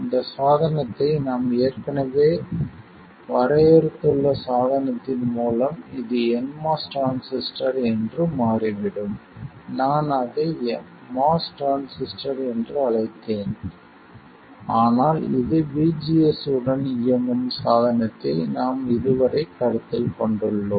இந்த சாதனத்தை நாம் ஏற்கனவே வரையறுத்துள்ள சாதனத்தின் மூலம் இது nMOS டிரான்சிஸ்டர் என்று மாறிவிடும் நான் இதை MOS டிரான்சிஸ்டர் என்று அழைத்தேன் ஆனால் இது VGS உடன் இயங்கும் சாதனத்தை நாம் இதுவரை கருத்தில் கொண்டுள்ளோம்